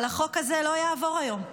אבל החוק הזה לא יעבור היום.